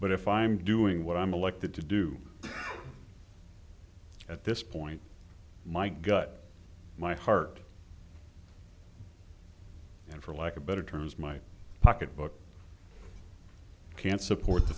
but if i'm doing what i'm elected to do at this point my gut my heart and for lack of better terms my pocketbook can't support th